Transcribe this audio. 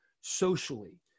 socially